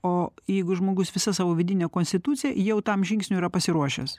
o jeigu žmogus visa savo vidine konstitucija jau tam žingsniu yra pasiruošęs